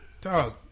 Dog